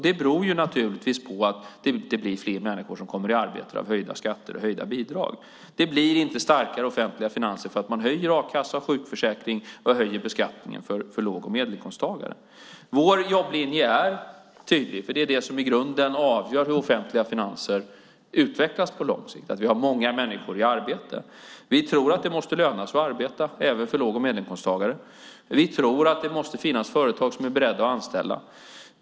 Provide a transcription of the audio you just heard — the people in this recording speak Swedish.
Det beror naturligtvis på att det inte blir fler människor som kommer i arbete av höjda skatter och höjda bidrag. Det blir inte starkare offentliga finanser för att man höjer a-kassa och sjukförsäkring och höjer beskattningen för låg och medelinkomsttagare. Vår jobblinje är tydlig. Det är det som i grunden avgör hur offentliga finanser utvecklas på lång sikt, det vill säga att vi har många människor i arbete. Vi tror att det måste löna sig att arbeta även för låg och medelinkomsttagare. Vi tror att det måste finnas företag som är beredda att anställa.